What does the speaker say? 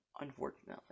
Unfortunately